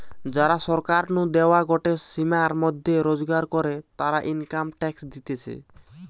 যারা সরকার নু দেওয়া গটে সীমার মধ্যে রোজগার করে, তারা ইনকাম ট্যাক্স দিতেছে